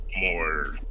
more